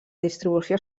distribució